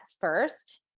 first